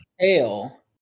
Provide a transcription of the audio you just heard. tail